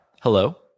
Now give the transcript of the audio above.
Hello